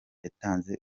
yatanze